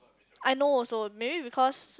I know also maybe because